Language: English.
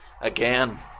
again